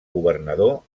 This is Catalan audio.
governador